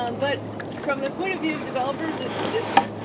um but from the point of view of developers, it's, it's,